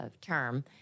term